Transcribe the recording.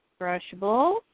Brushable